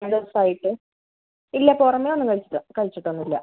രണ്ട് ദിവസമായിട്ട് ഇല്ല പുറമെ ഒന്നും കഴിച്ചിട്ടില്ല കഴിച്ചിട്ടൊന്നുമില്ല